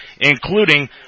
including